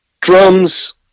drums